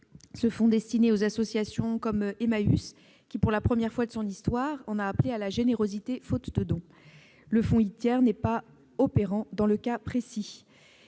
serait destiné aux associations, comme Emmaüs, qui, pour la première fois de son histoire, en a appelé à la générosité, faute de dons. Le fonds Itier n'est pas opérant dans ce cas précis.